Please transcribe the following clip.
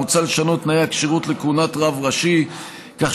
מוצע לשנות את תנאי הכשירות לכהונת רב ראשי כך